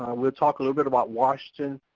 we'll talk a little bit about washington,